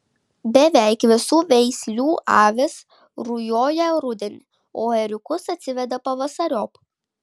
beveik visų veislių avys rujoja rudenį o ėriukus atsiveda pavasariop